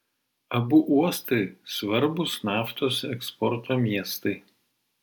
abu uostai svarbūs naftos eksporto miestai